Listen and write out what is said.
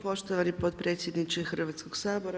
Poštovani potpredsjedniče Hrvatskog sabora.